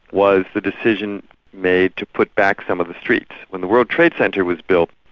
was the decision made to put back some of the streets. when the world trade center was built,